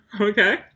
okay